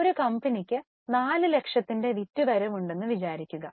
ഒരു കമ്പനിക്ക് 4 ലക്ഷത്തിന്റെ വിറ്റുവരവ് ഉണ്ടെന്നു വിചാരിക്കുക